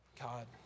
God